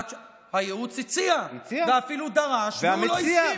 הייעוץ הציע ואפילו דרש, והוא לא הסכים.